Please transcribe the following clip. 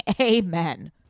Amen